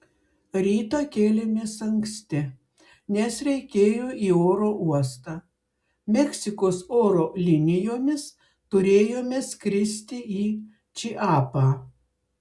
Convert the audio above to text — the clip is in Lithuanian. rytą kėlėmės anksti nes reikėjo į oro uostą meksikos oro linijomis turėjome skristi į čiapą